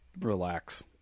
relax